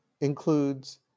includes